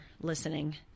listening